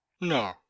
No